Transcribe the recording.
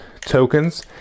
tokens